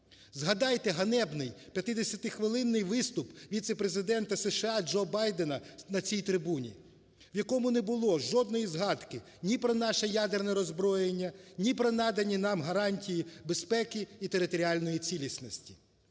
Згадайте ганебний 50-хвилинний виступ Віце-президента США Джо Байдена на цій трибуні, в якому не було жодної згадки ні про наше ядерне роззброєння, ні про надані нам гарантії безпеки і територіальної цілісності.